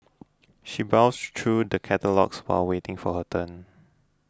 she browsed through the catalogues while waiting for her turn